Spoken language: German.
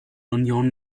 union